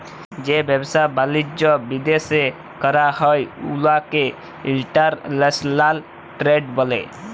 যে ব্যবসা বালিজ্য বিদ্যাশে ক্যরা হ্যয় উয়াকে ইলটারল্যাশলাল টেরেড ব্যলে